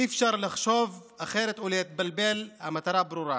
אי-אפשר לחשוב אחרת או להתבלבל, המטרה ברורה.